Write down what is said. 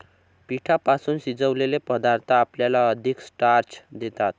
पिठापासून शिजवलेले पदार्थ आपल्याला अधिक स्टार्च देतात